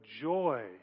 joy